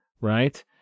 right